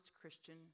Christian